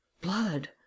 blood